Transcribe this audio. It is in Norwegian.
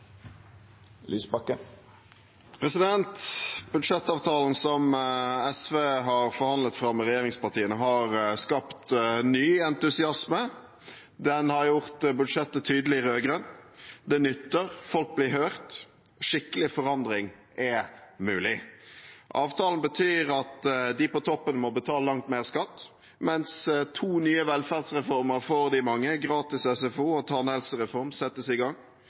har gjort budsjettet tydeligere rød-grønt. Det nytter. Folk blir hørt. Skikkelig forandring er mulig. Avtalen betyr at de på toppen må betale langt mer skatt, mens to nye velferdsreformer for de mange – gratis SFO og tannhelsereform – settes i gang.